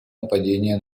нападений